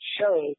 show